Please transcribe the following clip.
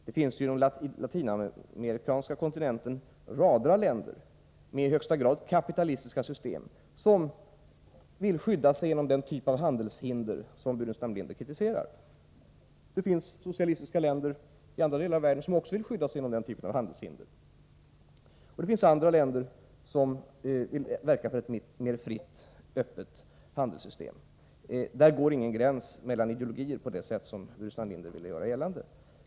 Det finns på den latinamerikanska kontinenten rader av länder med i högsta grad kapitalistiska system, där man vill skydda sig med den typ av handelshinder som Burenstam Linder kritiserar. Det finns å andra sidan socialistiska länder, i andra delar av världen, vilka vill skydda sig med denna typ av handelshinder. Det finns också länder som vill verka för ett mer fritt och öppet handelssystem. Det går ingen gräns mellan ideologier på det sätt som Burenstam Linder ville göra gällande.